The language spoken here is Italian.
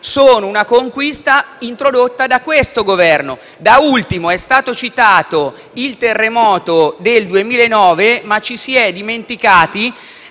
sono una conquista introdotta da questo Governo. Da ultimo, è stato citato il terremoto del 2009, ma ci si è dimenticati